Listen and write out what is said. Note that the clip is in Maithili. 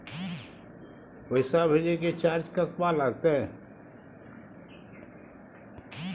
पैसा भेजय के चार्ज कतबा लागते?